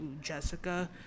Jessica